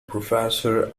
professor